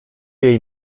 jej